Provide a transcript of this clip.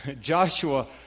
Joshua